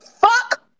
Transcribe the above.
Fuck